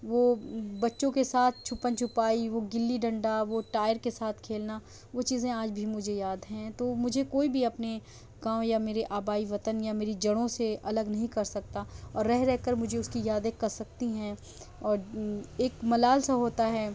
وہ بچوں کے ساتھ چھپن چھپائی وہ غلّی ڈنڈا وہ ٹائر کے ساتھ کھیلنا وہ چیزیں آج بھی مجھے یاد ہیں تو مجھے کوئی بھی اپنے گاؤں یا میرے آبائی وطن یا میری جڑوں سے الگ نہیں کر سکتا اور رہ رہ کر مجھے اُس کی یادیں کر سکتی ہیں اور ایک ملال سا ہوتا ہے